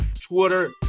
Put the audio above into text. Twitter